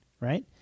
right